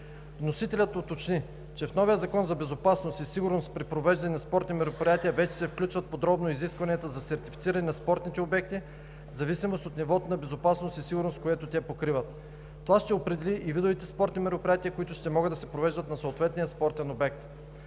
Вносителят уточни, че в новия закон за безопасност и сигурност при провеждане на спортни мероприятия вече се включват подробно изискванията за сертифициране на спортните обекти, в зависимост от нивото на безопасност и сигурност, което те покриват. Това ще определи и видовете спортни мероприятия, които ще могат да се провеждат на съответния спортен обект.